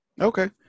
Okay